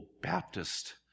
Baptist